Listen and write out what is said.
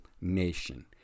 nation